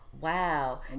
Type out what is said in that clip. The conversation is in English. Wow